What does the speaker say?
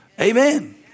Amen